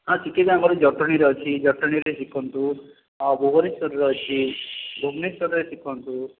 ହଁ ଜଟଣୀରେ ଅଛି ଜଟଣୀରେ ଶିଖନ୍ତୁ ଆଉ ଭୁବନେଶ୍ୱରରେ ଅଛି ଭୁବନେଶ୍ୱରେ ଶିଖନ୍ତୁ